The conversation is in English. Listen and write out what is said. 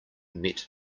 met